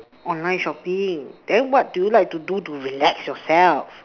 online shopping then what do you like to do to relax yourself